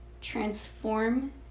transform